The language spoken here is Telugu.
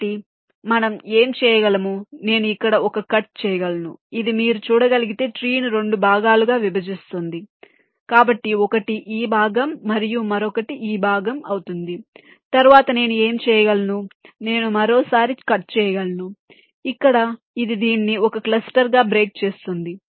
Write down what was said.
కాబట్టి మనం ఏమి చేయగలము నేను ఇక్కడ ఒక కట్ చేయగలను ఇది మీరు చూడగలిగితే ట్రీ ను 2 భాగాలుగా విభజిస్తుంది కాబట్టి ఒకటి ఈ భాగం మరియు మరొకటి ఈ భాగం అవుతుంది తరువాత నేను ఏమి చేయగలను నేను మరోసారి కట్ చేయగలను ఇక్కడ ఇది దీన్ని ఒక క్లస్టర్గా బ్రేక్ చేస్తుంది